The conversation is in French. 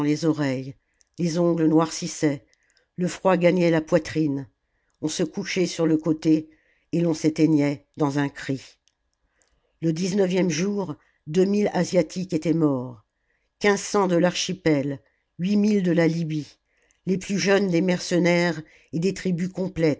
oreilles les ongles noircissaient le froid gagnait la poitrine on se couchait sur le côté et l'on s'éteignait dans un cri le dix neuvième jour deux mille asiatiques étaient morts quinze cents de l'archipel huit mille de la libye les plus jeunes des mercenaires et des tribus